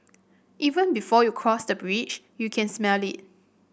even before you cross the bridge you can smell it